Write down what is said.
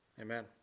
Amen